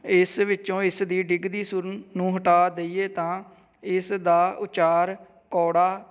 ਇਸ ਵਿੱਚੋਂ ਇਸ ਦੀ ਡਿੱਗਦੀ ਸੁਰ ਨੂੰ ਹਟਾ ਦਈਏ ਤਾਂ ਇਸ ਦਾ ਉਚਾਰ ਕੌੜਾ